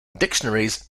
dictionaries